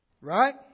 Right